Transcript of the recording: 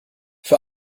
für